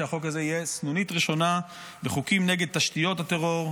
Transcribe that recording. שהחוק הזה יהיה סנונית ראשונה בחוקים נגד תשתיות הטרור.